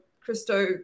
Christo